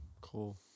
cool